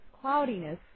cloudiness